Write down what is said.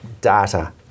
data